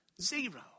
Zero